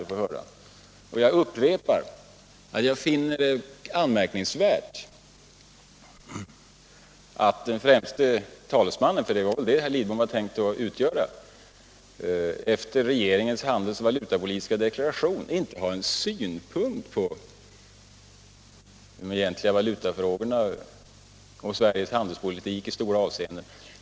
Jag upprepar till sist att jag finner det anmärkningsvärt att den främste oppositionstalesmannen — för det var väl det som herr Lidbom var tänkt att utgöra — efter regeringens handelsoch valutapolitiska deklaration inte har en synpunkt på de egentliga valutafrågorna och Sveriges handelspolitik i stora avseenden.